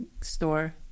store